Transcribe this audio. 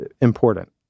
important